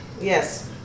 Yes